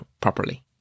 properly